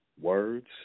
words